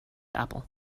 apple